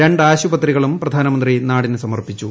രണ്ട് ആശുപത്രികളും പ്രധാനമന്ത്രി നാടിന് സമർപ്പിച്ചു